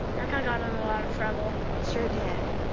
that guy got in a lot of trouble. sure did.